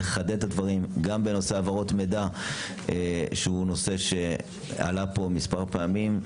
לחדד את הדברים גם בנושא העברות מידע שהוא נושא שעלה פה מספר פעמים.